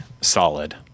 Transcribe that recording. solid